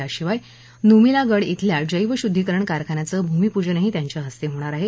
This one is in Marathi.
याशिवाय नुमिलागढ इथल्या जैव शुद्धीकरण कारखान्याचं भूमीपूजनंही त्यांच्या हस्ते होणार आहे